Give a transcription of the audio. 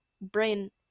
brain